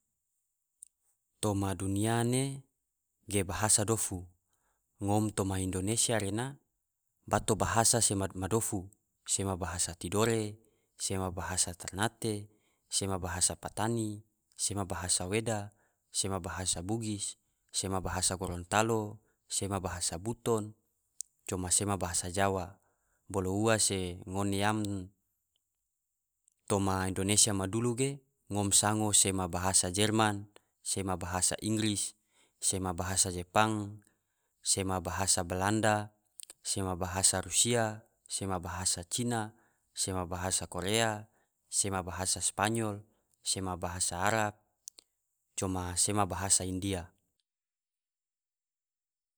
Toma dunya ne ge bahasa dofu, ngom toma indonesia rena bato bahasa sema dofu, sema bahasa tidore, sema bahasa ternate, sema bahasa patani, sema bahasa weda, sema bahasa bugis, sema bahasa gorontalo, sema bahasa buton, coma sema bahasa jawa, bolo ua se ngone yam toma indonesia madulu ge ngom sango sema bahasa jerman, sema bahasa inggris, sema bahasa jepang, sema bahasa balanda, sema bahasa rusia, sema bahasa cina, sema bahasa korea, sema bahasa spanyol, sema bahasa arab, coma sema bahasa india.